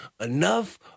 enough